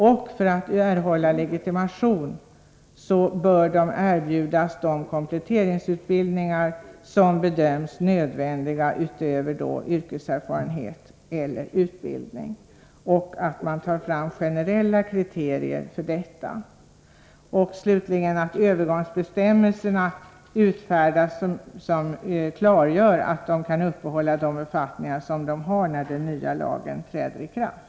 För att erhålla legitimation bör de erbjudas de kompletteringsutbildningar som bedöms nödvändiga utöver yrkeserfarenhet eller tidigare utbildning. Generella kriterier för detta skall fastställas. Slutligen bör övergångsbestämmelser utfärdas innebärande att assistenterna kan uppehålla de befattningar som de har då den nya lagen träder i kraft.